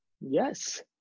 Yes